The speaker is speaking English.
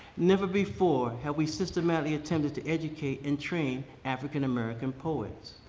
never before have we systematically attempted to educate and train african american poets.